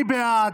מי בעד?